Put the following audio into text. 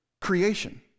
creation